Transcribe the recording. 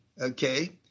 okay